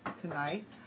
tonight